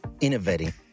innovating